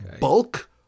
Bulk